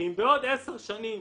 שלא בעוד חמש,